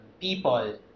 people